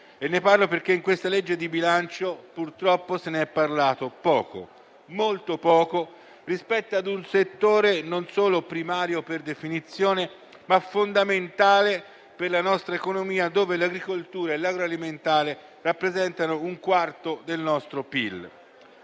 lo farò perché nella manovra di bilancio purtroppo se ne è parlato poco, molto poco rispetto a un settore non solo primario per definizione, ma fondamentale per la nostra economia, dove l'agricoltura e l'agroalimentare rappresentano un quarto del nostro PIL.